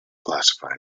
classify